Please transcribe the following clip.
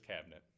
cabinet